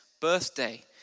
birthday